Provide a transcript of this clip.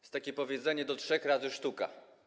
Jest takie powiedzenie: do trzech razy sztuka.